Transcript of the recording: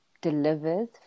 delivers